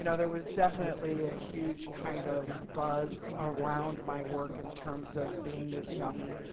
you know there was definitely a huge kind of buzz around my work in terms of being this young,